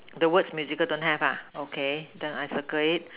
the word musical don't have ah okay then I circle it